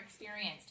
experienced